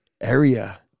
area